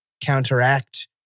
counteract